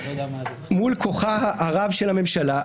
מול כוחה הרב של הממשלה,